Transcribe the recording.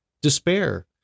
despair